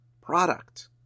product